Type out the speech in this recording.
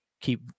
keep